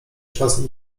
czasem